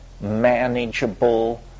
manageable